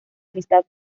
amistad